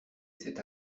cet